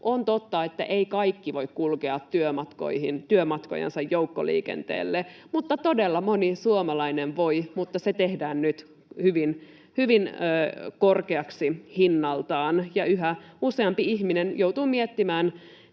On totta, että eivät kaikki voi kulkea työmatkojansa joukkoliikenteellä, mutta todella moni suomalainen voi, ja se tehdään nyt hyvin korkeaksi hinnaltaan. Yhä useampi ihminen joutuu miettimään,